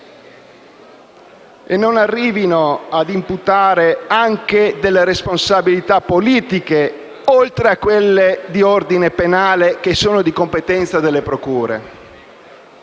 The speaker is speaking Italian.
e non arrivino a imputare anche delle responsabilità politiche, oltre a quelle di ordine penale di competenza delle procure.